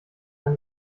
ein